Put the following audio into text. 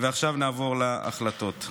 ועכשיו נעבור להחלטות.